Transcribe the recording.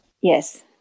Yes